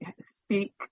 speak